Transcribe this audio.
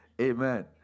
Amen